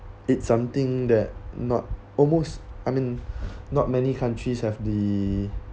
it's something that not almost I mean not many countries have the